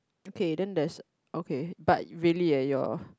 okay then there's okay but really eh your